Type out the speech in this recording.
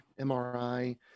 MRI